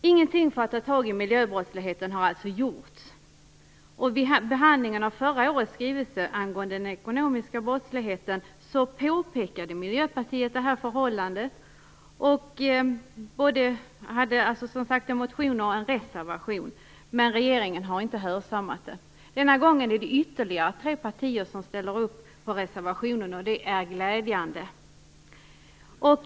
Ingenting har alltså gjorts för att ta tag i miljöbrottsligheten. Vid behandlingen av förra årets skrivelse angående den ekonomiska brottsligheten påpekade Miljöpartiet det här förhållandet både i en motion och i en reservation, men regeringen har inte hörsammat det. Denna gång är det ytterligare tre partier som ställer upp på reservationen. Det är glädjande.